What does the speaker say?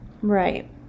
Right